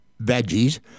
veggies